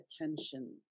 attention